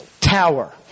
tower